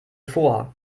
vor